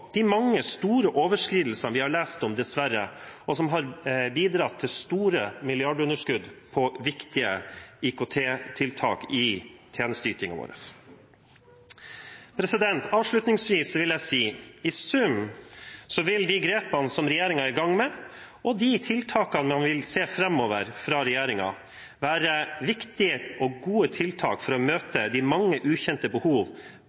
de mange store overskridelsene som vi dessverre har lest om, og som har bidratt til store milliardunderskudd i viktige IKT-tiltak i tjenesteytingen vår. Avslutningsvis vil jeg si at i sum vil de grepene som regjeringen er i gang med, og de tiltakene man vil se framover fra regjeringen, være viktige og gode tiltak for å møte de mange ukjente behov